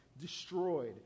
destroyed